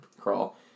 crawl